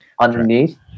underneath